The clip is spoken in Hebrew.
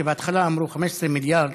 שבהתחלה אמרו 15 מיליארד,